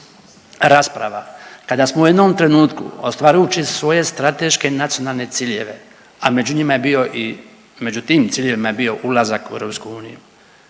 Kada smo u jednom trenutku ostvarujući svoje strateške nacionalne ciljeve, a među njima je bio i, među tim